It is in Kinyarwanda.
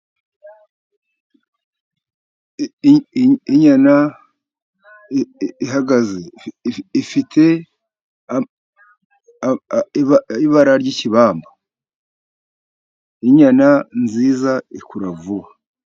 Inyana ihagaze ifite ibara ry'ikibamba. Inyana nziza ikura vuba.